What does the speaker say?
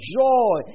joy